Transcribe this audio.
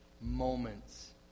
moments